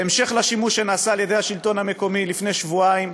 בהמשך לשימוש שנעשה על-ידי השלטון המקומי לפני שבועיים,